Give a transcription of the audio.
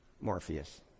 Morpheus